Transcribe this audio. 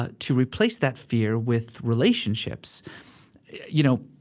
ah to replace that fear with relationships you know,